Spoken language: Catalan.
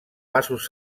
vasos